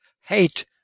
hate